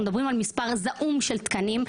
אנחנו מדברים על מספר זעום של תקנים,